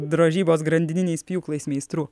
drožybos grandininiais pjūklais meistrų